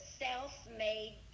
self-made